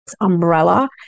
umbrella